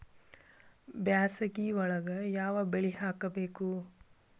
ಬ್ಯಾಸಗಿ ಒಳಗ ಯಾವ ಬೆಳಿ ಹಾಕಬೇಕು?